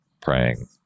praying